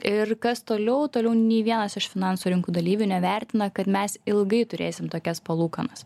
ir kas toliau toliau nei vienas iš finansų rinkų dalyvių nevertina kad mes ilgai turėsim tokias palūkanas